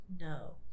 No